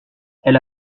elle